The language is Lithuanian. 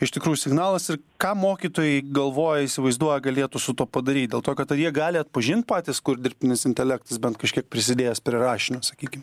iš tikrųjų signalas ir ką mokytojai galvoja įsivaizduoja galėtų su tuo padaryt dėl to kad ar jie gali atpažint patys kur dirbtinis intelektas bent kažkiek prisidėjęs prie rašinio sakykim